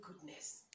goodness